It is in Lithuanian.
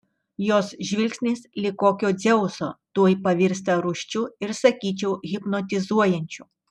jos žvilgsnis lyg kokio dzeuso tuoj pavirsta rūsčiu ir sakyčiau hipnotizuojančiu